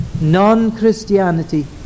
non-Christianity